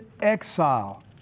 exile